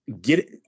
get